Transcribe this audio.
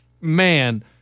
man